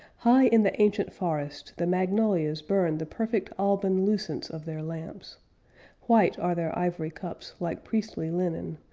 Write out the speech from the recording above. high in the ancient forest the magnolias burn the perfect alban lucence of their lamps white are their ivory cups like priestly linen,